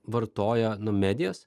vartoja nu medijas